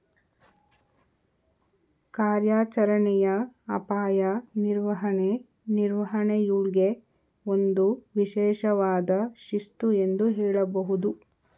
ಕಾರ್ಯಾಚರಣೆಯ ಅಪಾಯ ನಿರ್ವಹಣೆ ನಿರ್ವಹಣೆಯೂಳ್ಗೆ ಒಂದು ವಿಶೇಷವಾದ ಶಿಸ್ತು ಎಂದು ಹೇಳಬಹುದು